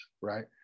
right